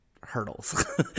hurdles